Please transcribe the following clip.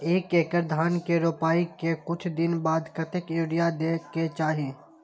एक एकड़ धान के रोपाई के कुछ दिन बाद कतेक यूरिया दे के चाही?